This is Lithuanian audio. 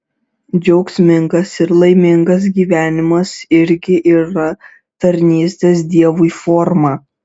džiaugsmingas ir laimingas gyvenimas irgi yra tarnystės dievui forma